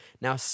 Now